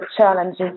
challenges